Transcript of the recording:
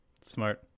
Smart